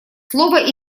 слово